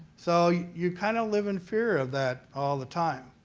so you kind of live in fear of that all the time.